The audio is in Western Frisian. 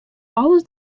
alles